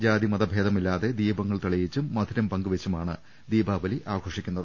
ജാതി മത ഭേദമില്ലാതെ ദീപങ്ങൾ തെളിയിച്ചും മധുരം പങ്കുവെച്ചുമാണ് ദീപാവലി ആഘോഷിക്കുന്നത്